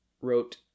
wrote